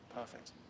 Perfect